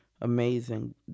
amazing